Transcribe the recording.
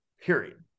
period